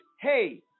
hey